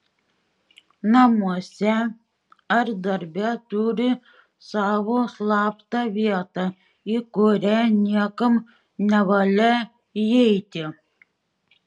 namuose ar darbe turi savo slaptą vietą į kurią niekam nevalia įeiti